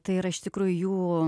tai yra iš tikrųjų